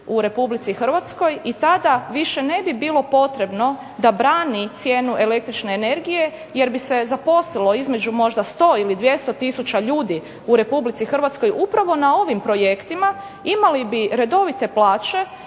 u RH i tada više ne bi bilo potrebno da brani cijenu električne energije jer bi se zaposlilo između možda 100 ili 200 tisuća ljudi u RH upravo na ovim projektima, imali bi redovite plaće,